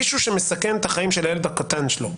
מישהו שמסכן את החיים של הילד הקטן שלו,